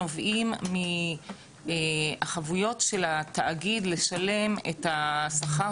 נובעים מהחבויות של התאגיד לשלם את השכר